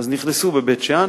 אז נכנסו בבית-שאן,